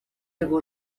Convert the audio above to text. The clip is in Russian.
его